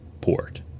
port